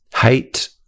hate